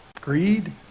greed